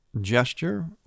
gesture